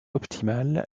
optimale